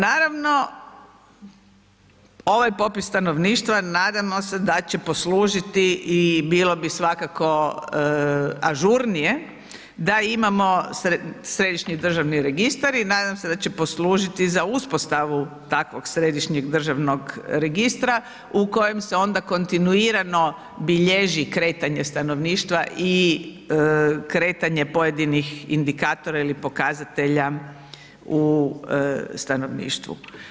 Naravno, ovaj popis stanovništva nadamo se da će poslužiti, i bilo bi svakako ažurnije da imamo Središnji državni registar i nadam se da će poslužiti za uspostavu takvog Središnjeg državnog registra u kojem se onda kontinuirano bilježi kretanje stanovništva i kretanje pojedinih indikatora ili pokazatelja u stanovništvu.